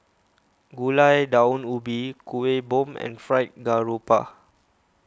Gulai Daun Ubi Kueh Bom and Fried Garoupa